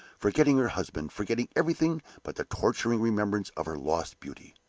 forgetting her husband, forgetting everything but the torturing remembrance of her lost beauty.